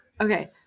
okay